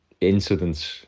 incidents